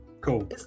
Cool